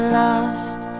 lost